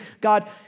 God